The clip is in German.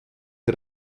der